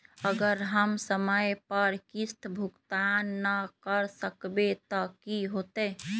अगर हम समय पर किस्त भुकतान न कर सकवै त की होतै?